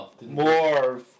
More